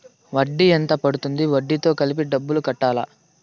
వడ్డీ ఎంత పడ్తుంది? వడ్డీ తో కలిపి డబ్బులు కట్టాలా?